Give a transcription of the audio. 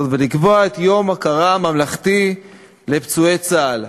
ולקבוע יום הוקרה ממלכתי לפצועי צה"ל.